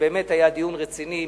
ובאמת היה דיון רציני,